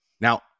Now